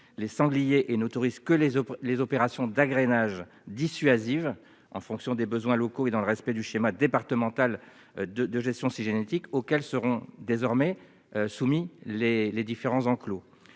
territoire et n'autorise que les opérations d'agrainage dissuasives en fonction des besoins locaux et dans le respect du schéma départemental de gestion cynégétique, auquel seront désormais soumis les différents enclos.